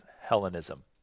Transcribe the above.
Hellenism